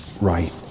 right